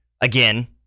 Again